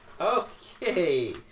Okay